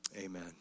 amen